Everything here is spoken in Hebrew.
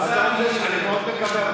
אני מאוד מקווה,